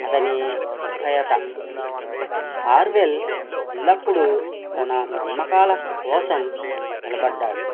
అతని నిర్భయత ఆర్వెల్ ఎల్లపుడూ తన నమ్మకాల కోసం నిలబడ్డాడు